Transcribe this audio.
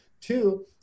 Two